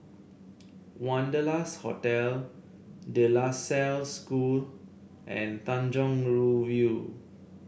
Wanderlust Hotel De La Salle School and Tanjong Rhu View